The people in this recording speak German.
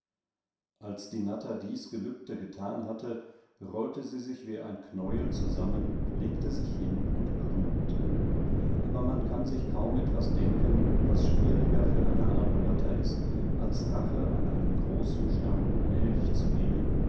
als die natter dies gelübde getan hatte rollte sie sich wie ein knäuel zusammen legte sich hin und grübelte aber man kann sich kaum etwas denken wasschwierigerfüreinearmenatterist alsracheaneinemgroßen starken elch zu nehmen